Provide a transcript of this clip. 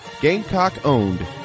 Gamecock-owned